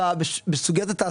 במזומן?